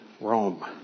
Rome